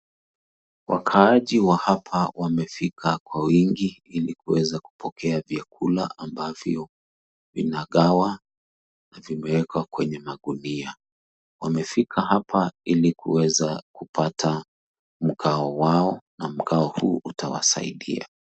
Wakaaji wa hapa wamefika kwa wingi ili kuweza kupokea vyakula ambavyo vinagawa na vimewekwa kwenye magunia. Wamefika hapa ili kuweza kupata mgao wao na mgao huu utawasaidia.